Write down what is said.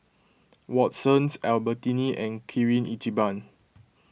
Watsons Albertini and Kirin Ichiban